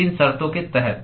किन शर्तों के तहत